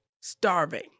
starving